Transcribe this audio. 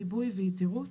גיבוי ויתירות.